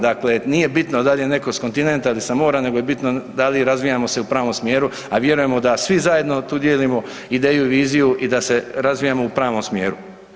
Dakle, nije bitno da li je netko sa kontinenta ili sa mora nego je bitno da li razvijamo se u pravom smjeru, a vjerujemo da svi zajedno tu dijelimo ideju, viziju i da se razvijamo u pravom smjeru.